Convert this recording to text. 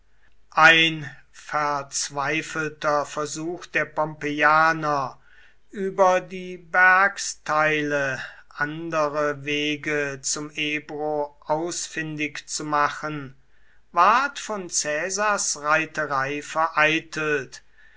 ein verzweifelter versuch der pompeianer über die bergsteile andere wege zum ebro ausfindig zu machen ward von caesars reiterei vereitelt